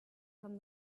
from